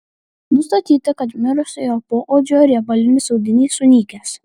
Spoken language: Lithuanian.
nustatyta kad mirusiojo poodžio riebalinis audinys sunykęs